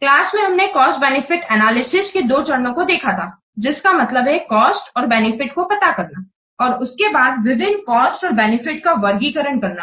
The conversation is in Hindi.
क्लास में हमने कॉस्ट बेनिफिट एनालिसिस के 2 चरणों को देखा थाजिसका मतलब है कॉस्ट और बेनिफिट को पता करना और उसके बाद विभिन्न कॉस्ट और बेनिफिट का वर्गीकरण करना